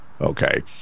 okay